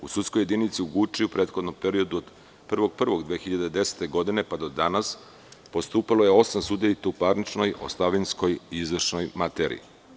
U sudskoj jedinici u Guči u prethodnom periodu od 1. januara 2010. godine pa do danas postupalo je osam sudija i to u parničnoj, ostavinskoj i izvršnoj materiji.